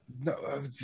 No